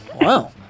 wow